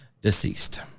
deceased